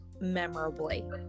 memorably